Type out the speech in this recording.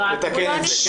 נתקן את זה.